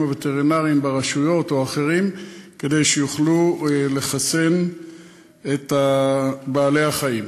הווטרינרים ברשויות או אחרים כדי שיוכלו לחסן את בעלי-החיים.